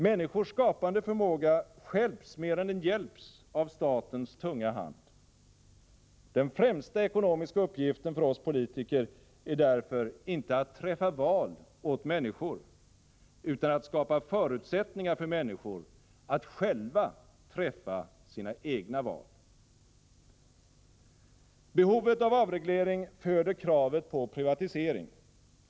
Människors skapande förmåga stjälps mer än den hjälps av statens tunga hand. Den främsta ekonomiska uppgiften för oss politiker är därför inte att träffa val åt människor utan att skapa förutsättningar för människor att själva träffa sina egna val. Behovet av avreglering föder kravet på privatisering.